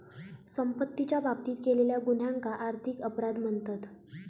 संपत्तीच्या बाबतीत केलेल्या गुन्ह्यांका आर्थिक अपराध म्हणतत